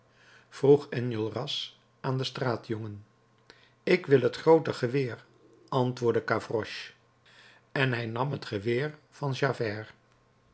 vroeg enjolras aan den straatjongen ik wil het groote geweer antwoordde gavroche en hij nam het geweer van javert